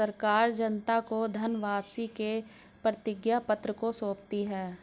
सरकार जनता को धन वापसी के प्रतिज्ञापत्र को सौंपती है